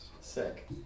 Sick